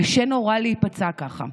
קשה נורא להיפצע ככה.